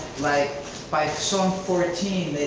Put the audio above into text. like by song fourteen,